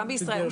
גם בישראל.